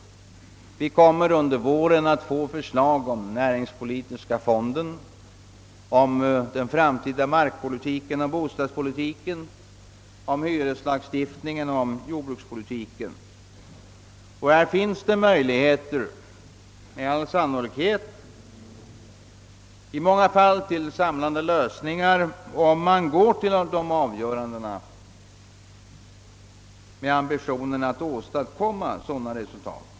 Vi kommer under våren att få förslag om näringspolitiska fonden, om den framtida markpolitiken, om bostadspolitiken, om hyreslagstiftningen och om jordbrukspolitiken. Här finns det med all sannolikhet i många fall möjlighet till samlande lösningar, om man går till dessa avgöranden med ambitionen att åstadkomma sådana resultat.